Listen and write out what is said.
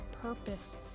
purpose